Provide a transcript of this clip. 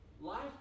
Life